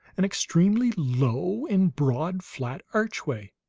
an extremely low and broad, flat archway,